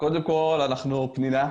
קודם כל, אנחנו פנינה.